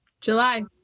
July